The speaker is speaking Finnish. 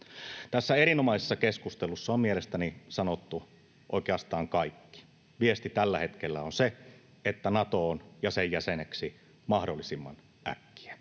Tässä erinomaisessa keskustelussa on mielestäni sanottu oikeastaan kaikki. Viesti tällä hetkellä on se, että Natoon ja sen jäseneksi mahdollisimman äkkiä.